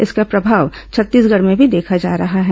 इसका प्रभाव छत्तीसगढ़ में भी देखा जा रहा है